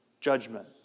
judgment